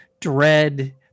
dread